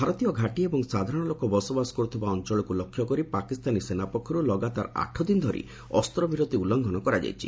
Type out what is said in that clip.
ଭାରତୀୟ ଘାଟି ଏବଂ ସାଧାରଣ ଲୋକ ବସବାସ କର୍ଥିବା ଅଞ୍ଚଳକୁ ଲକ୍ଷ୍ୟ କରି ପାକିସ୍ତାନୀ ସେନା ପକ୍ଷରୁ ଲଗାତାର ଆଠ ଦିନ ଧରି ଅସ୍ତ୍ରବିରତି ଉଲ୍ଲୁଙ୍ଘନ କରାଯାଇଛି